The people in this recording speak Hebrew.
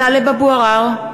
(קוראת בשמות חברי הכנסת) טלב אבו עראר,